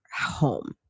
home